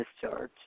discharge